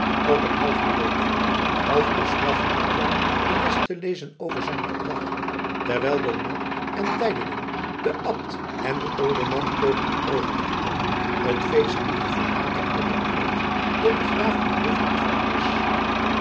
op een half beleefden half bestraffenden toon de les te lezen over zijn gedrag terwijl beaumont en teylingen den abt en den olderman poogden over te halen het feest niet te verlaten om een woord dat den graaf in drift ontvallen was